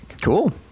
Cool